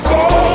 Say